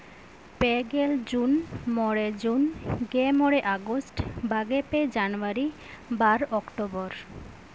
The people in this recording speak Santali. ᱯᱮ ᱜᱮᱞ ᱡᱩᱱ ᱢᱚᱬᱮ ᱡᱩᱱ ᱜᱮ ᱢᱚᱬᱮ ᱟᱜᱚᱥᱴ ᱵᱟᱨ ᱜᱮ ᱯᱮ ᱡᱟᱱᱩᱣᱟᱨᱤ ᱵᱟᱨ ᱚᱠᱴᱳᱵᱚᱨ